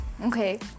Okay